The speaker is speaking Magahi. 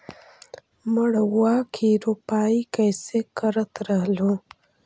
मड़उआ की रोपाई कैसे करत रहलू?